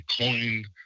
coined